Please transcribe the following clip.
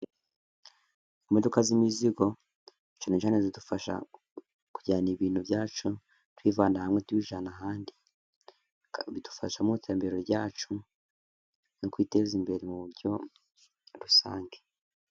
Imodoka z'imizigo cyane cyane zidufasha kujyana ibintu byacu tubivanana hamwe tubijyanaana ahandi, bidufasha mu iterambere ryacu, no kwiteza imbere mu buryo rusange.